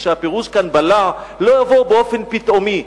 כשהפירוש פה של "בלע" הוא שלא יבואו באופן פתאומי.